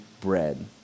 bread